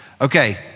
Okay